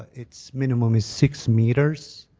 it's minimum is six metres.